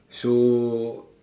so